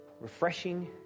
Refreshing